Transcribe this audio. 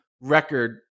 record